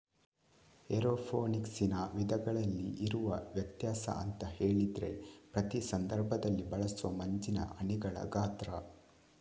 ಏರೋಫೋನಿಕ್ಸಿನ ವಿಧಗಳಲ್ಲಿ ಇರುವ ವ್ಯತ್ಯಾಸ ಅಂತ ಹೇಳಿದ್ರೆ ಪ್ರತಿ ಸಂದರ್ಭದಲ್ಲಿ ಬಳಸುವ ಮಂಜಿನ ಹನಿಗಳ ಗಾತ್ರ